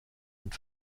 und